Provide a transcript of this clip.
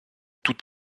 tout